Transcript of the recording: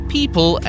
People